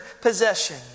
possession